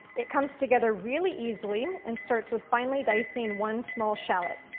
it comes together really easily and starts with finely dicing one small shallot.